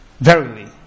Verily